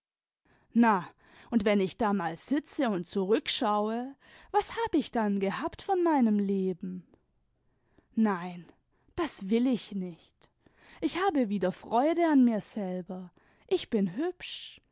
na und wenn ich da mal sitze und zurückschaue was hab ich dann gehabt von meinem leben nein das will ich nicht ich habe wieder freude an mir selber ich bin hübsch